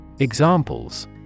Examples